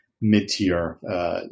mid-tier